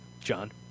John